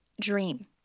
dream